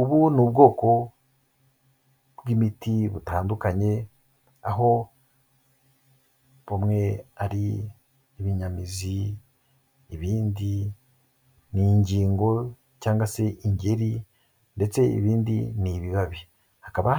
Ubu ni ubwoko bw'imiti butandukanye, aho bumwe ari ibinyamizi, ibindi ni ingingo cyangwa se ingeri, ndetse ibindi ni ibibabi. Hakaba